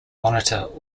monitor